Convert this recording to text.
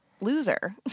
loser